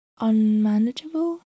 unmanageable